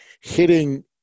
hitting